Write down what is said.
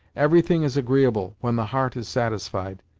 everything is agreeable, when the heart is satisfied.